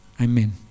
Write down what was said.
Amen